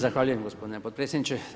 Zahvaljujem gospodine potpredsjedniče.